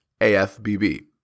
AFBB